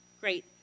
great